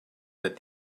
that